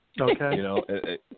Okay